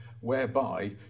whereby